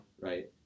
right